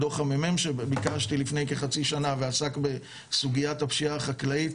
דו"ח המ"מ שביקשתי לפני כחצי שנה ועסק בסוגיית הפשיעה החקלאית,